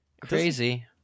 crazy